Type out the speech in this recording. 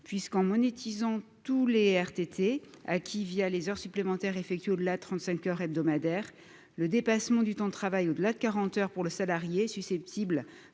heures. En monétisant toutes les RTT acquises les heures supplémentaires effectuées au-delà de 35 heures hebdomadaires, le dépassement du temps de travail au-delà de quarante heures est susceptible